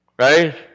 Right